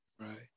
right